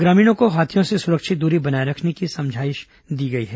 ग्रामीणों को हाथियों से सुरक्षित दूरी बनाए रखने की समझाईश दी गई है